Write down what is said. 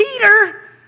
Peter